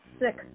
sick